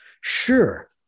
Sure